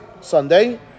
Sunday